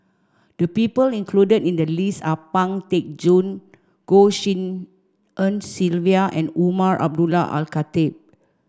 the people included in the list are Pang Teck Joon Goh Tshin En Sylvia and Umar Abdullah Al Khatib